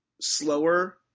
slower